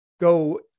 go